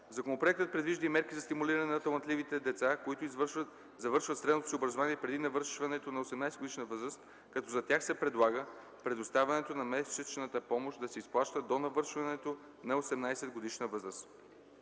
Законопроектът предвижда и мерки за стимулиране на талантливите деца, които завършват средното си образование преди навършването на 18-годишна възраст, като за тях се предлага предоставянето на месечната помощ да се изплаща до навършването на 18-годишна възраст.